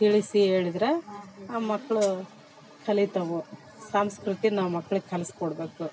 ತಿಳಿಸಿ ಹೇಳಿದ್ರೆ ಆ ಮಕ್ಕಳು ಕಲಿತಾವು ಸಂಸ್ಕೃತಿ ನಾವು ಮಕ್ಳಿಗೆ ಕಲ್ಸಿ ಕೊಡ್ಬೇಕು